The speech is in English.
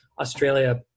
Australia